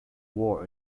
war